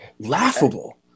Laughable